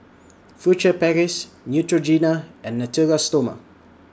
Furtere Paris Neutrogena and Natura Stoma